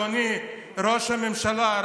אדוני ראש הממשלה,